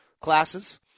classes